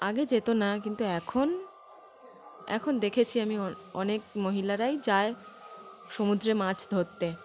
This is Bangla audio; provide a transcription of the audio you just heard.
আগে যেত না কিন্তু এখন এখন দেখেছি আমি অনেক মহিলারাই যায় সমুদ্রে মাছ ধরতে